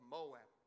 Moab